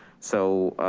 so